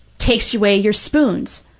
takes away your spoons,